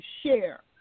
share